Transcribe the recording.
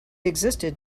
existed